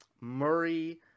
Murray